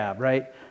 Right